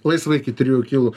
laisvai iki trijų kilų